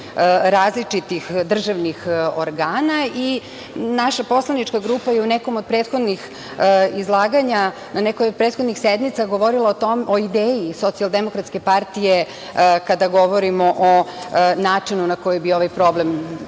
različitih državnih organa i naša poslanička grupa je u nekom od prethodnih izlaganja, na nekoj od prethodnih sednica govorila o tome, o ideji socijaldemokratske partije kada govorimo o načinu na koji bi ovaj problem